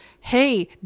Hey